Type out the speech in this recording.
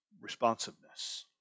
responsiveness